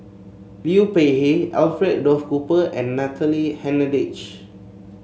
Liu Peihe Alfred Duff Cooper and Natalie Hennedige